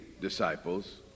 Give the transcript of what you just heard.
disciples